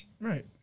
Right